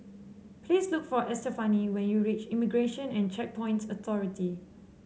please look for Estefani when you reach Immigration and Checkpoints Authority